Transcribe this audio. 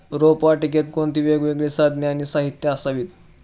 रोपवाटिकेत कोणती वेगवेगळी साधने आणि साहित्य असावीत?